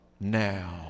now